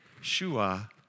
Shua